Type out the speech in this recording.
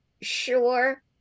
sure